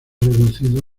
reducido